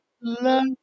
love